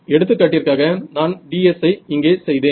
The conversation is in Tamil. எடுத்துக்காட்டிற்க்காக நான் ds ஐ இங்கே செய்தேன்